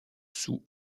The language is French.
sous